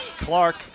Clark